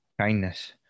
kindness